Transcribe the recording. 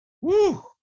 Woo